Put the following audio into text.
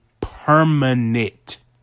Permanent